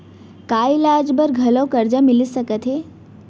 का इलाज बर घलव करजा मिलिस सकत हे?